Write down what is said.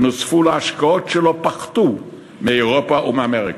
שנוספו להשקעות שלא פחתו מאירופה ומאמריקה.